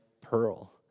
pearl